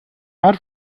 had